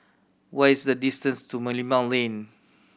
what is the distance to Merlimau Lane